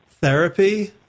therapy